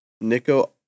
Nico